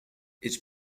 its